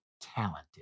talented